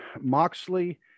Moxley